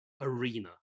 arena